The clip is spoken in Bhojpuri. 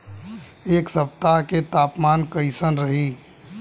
एह सप्ताह के तापमान कईसन रही?